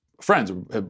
friends